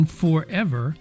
forever